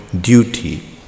duty